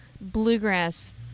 bluegrass